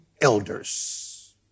elders